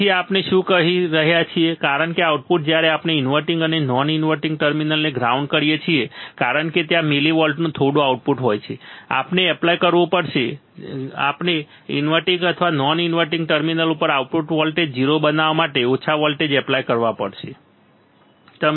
તેથી આપણે શું કહી રહ્યા છીએ કારણ કે આઉટપુટ જ્યારે આપણે ઇન્વર્ટીંગ અને નોન ઇન્વર્ટીંગ ટર્મિનલને ગ્રાઉન્ડ કરીએ છીએ કારણ કે ત્યાં મિલિવોલ્ટનું થોડું આઉટપુટ હોય છે આપણે એપ્લાય કરવું પડે છે આપણે ઇન્વર્ટીંગ અથવા નોન ઇન્વર્ટીંગ ટર્મિનલ ઉપર આઉટપુટ વોલ્ટેજ 0 બનાવવા માટે ઓછા વોલ્ટેજ એપ્લાય કરવા પડે છે